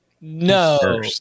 No